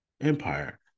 empire